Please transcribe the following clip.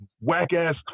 whack-ass